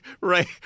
right